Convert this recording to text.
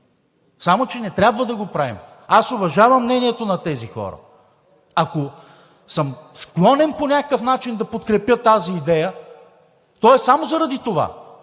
само че не трябва да го правим. Аз уважавам мнението на тези хора. Ако съм склонен по някакъв начин да подкрепя тази идея, то е само заради това,